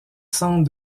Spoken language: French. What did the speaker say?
centre